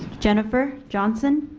jennifer johnson?